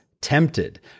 tempted